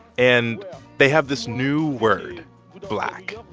and they have this new word black,